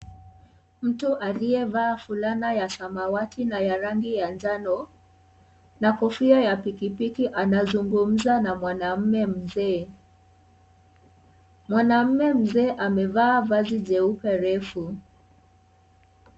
Mtu aliyevaa fulana ya samawati na ya rangi ya njano na kofia ya pikipiki anazungumza na mwanaume mzee. Mwanaume mzee amevaa vazi jeupe refu.